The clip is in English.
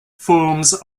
forms